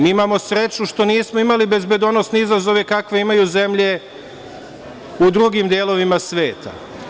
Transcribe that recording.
Mi imamo sreću što nismo imali bezbedonosne izazove kakve imaju zemlje u drugim delovima sveta.